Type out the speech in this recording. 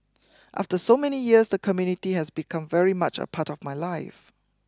after so many years the community has become very much a part of my life